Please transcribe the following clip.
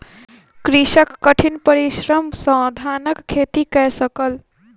कृषक कठिन परिश्रम सॅ धानक खेती कय सकल